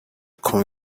come